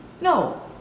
No